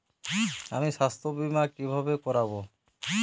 আমি স্বাস্থ্য বিমা কিভাবে করাব?